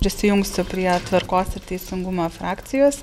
prisijungsiu prie tvarkos ir teisingumo frakcijos